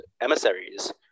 emissaries